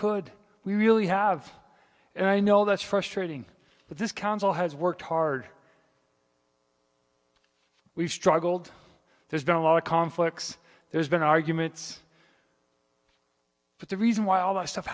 could we really have and i know that's frustrating but this council has worked hard we've struggled there's been a lot of conflicts there's been arguments but the reason wh